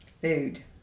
Food